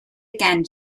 again